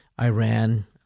Iran—